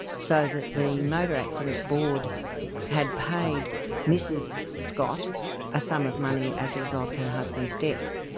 so that the motor accidents board had paid mrs scott a sum of money as a result of her husband's death.